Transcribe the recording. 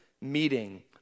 meeting